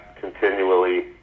continually